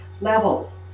levels